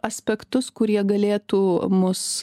aspektus kurie galėtų mus